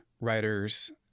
writers